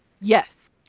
yes